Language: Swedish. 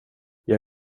jag